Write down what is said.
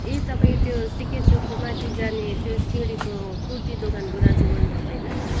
ए तपाईँ त्यो सिके चौकको माथि जाने त्यो सिँढीको कुर्ती दोकानको दाजु बोल्नुभएको होइन